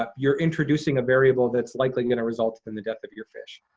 ah you're introducing a variable that's likely gonna result in the death of your fish.